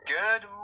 Good